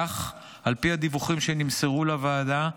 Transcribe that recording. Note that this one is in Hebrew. כך, על פי הדיווחים שנמסרו לוועדה,